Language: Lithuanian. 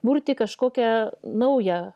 burti kažkokią naują